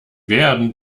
werden